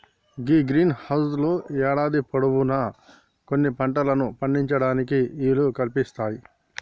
గీ greenhouse లు యేడాది పొడవునా కొన్ని పంటలను పండించటానికి ఈలు కల్పిస్తాయి